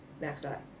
mascot